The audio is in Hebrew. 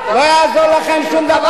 לא יעזור לכם שום דבר,